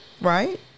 Right